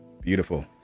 Beautiful